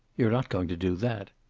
you're not going to do that.